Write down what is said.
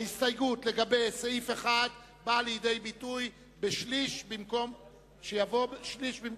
ההסתייגות לגבי סעיף 1 באה לידי ביטוי בכך שיבוא "שליש"